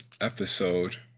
episode